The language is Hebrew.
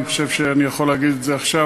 אני חושב שאני יכול להגיד את זה עכשיו,